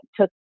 took